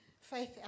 Faith